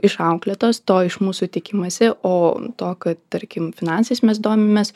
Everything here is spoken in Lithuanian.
išauklėtos to iš mūsų tikimasi o to kad tarkim finansais mes domimės